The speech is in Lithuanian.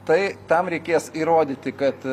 tai tam reikės įrodyti kad